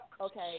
okay